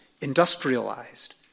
industrialized